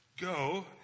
go